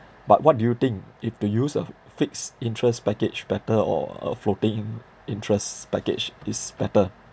but what do you think is to use a fixed interest package better or a floating interest package is better